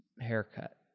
haircut